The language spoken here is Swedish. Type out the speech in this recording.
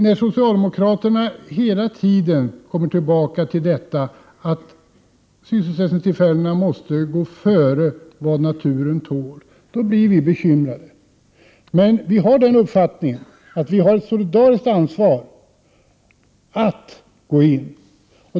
När socialdemokraterna hela tiden kommer tillbaka till att hänsynen till sysselsättningstillfällena måste gå före hänsynen till vad naturen tål blir vi bekymrade. Vi har den uppfattningen att vi har ett solidariskt ansvar att gå in.